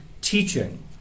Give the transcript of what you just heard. teaching